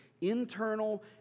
internal